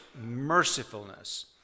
mercifulness